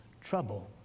trouble